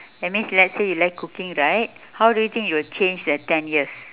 that means let's say you like cooking right how do you think it will change the ten years